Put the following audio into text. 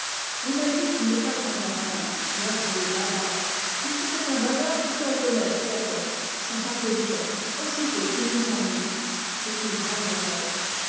on a dit qu'il n'est pas importun oiseux bavard puisque c'est un bavard que l'on peut mettre à la porte sans impolitesse aussitôt qu'il nous ennuie c'est une grave erreur